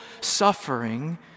suffering